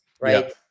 right